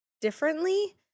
differently